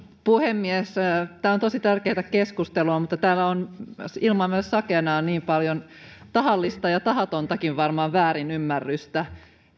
puhemies tämä on tosi tärkeätä keskustelua mutta täällä on myös ilma sakeanaan niin paljon tahallista ja varmaan tahatontakin väärinymmärrystä